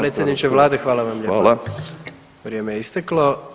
Predsjedniče vlade hvala vam lijepa, vrijeme je isteklo.